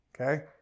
Okay